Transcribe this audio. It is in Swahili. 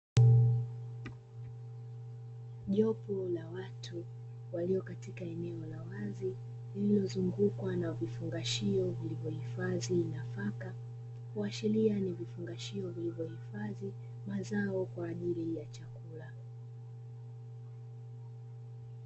Jopo la watu walio katika eneo la wazi, lililozungukwa na vifungashio vilivyohifadhi nafaka, kuashiria ni vifungashio vilivyohifadhi mazao kwa ajili ya chakula.